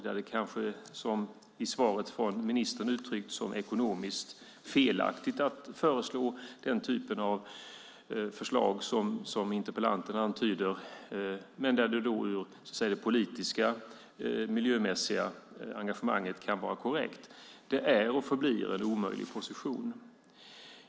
Som det uttrycks i svaret från ministern är det ekonomiskt felaktigt att lägga fram den typen av förslag som interpellanten antyder, men där det politiska, miljömässiga engagemanget kan vara korrekt. Det är och förblir en omöjlig position.